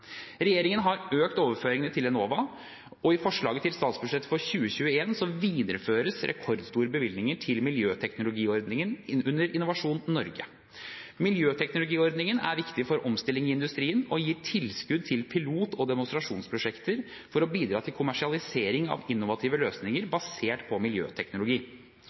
Regjeringen har økt overføringene til Enova, og i forslaget til statsbudsjett for 2021 videreføres rekordstore bevilgninger til miljøteknologiordningen under Innovasjon Norge. Miljøteknologiordningen er viktig for omstillingen i industrien og gir tilskudd til pilot- og demonstrasjonsprosjekter for å bidra til kommersialisering av innovative løsninger basert på miljøteknologi.